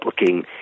looking